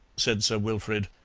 said sir wilfrid,